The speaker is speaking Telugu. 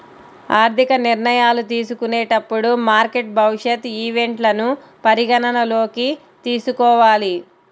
ఆర్థిక నిర్ణయాలు తీసుకునేటప్పుడు మార్కెట్ భవిష్యత్ ఈవెంట్లను పరిగణనలోకి తీసుకోవాలి